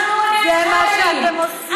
אנחנו נבחרים.